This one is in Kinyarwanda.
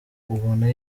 ubona